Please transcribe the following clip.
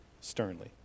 sternly